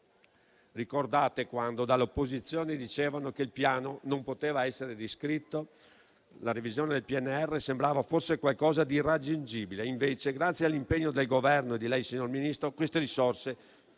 Ricordate quando dall'opposizione dicevano che il Piano non poteva essere riscritto? La revisione del PNRR sembrava fosse qualcosa di irraggiungibile. Invece, grazie all'impegno del Governo e suo, signor Ministro, queste risorse